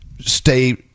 stay